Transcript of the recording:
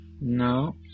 No